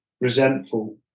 resentful